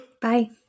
Bye